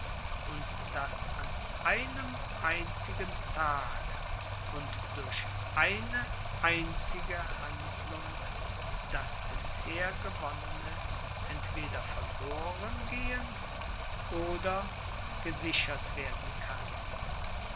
und daß an einem einzigen tag und durch eine einzige handlung das bisher gewonnene entweder verloren gehen oder gesichert werden kann